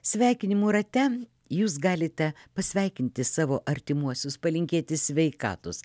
sveikinimų rate jūs galite pasveikinti savo artimuosius palinkėti sveikatos